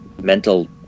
Mental